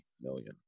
million